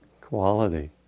quality